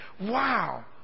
Wow